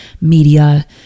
media